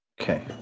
Okay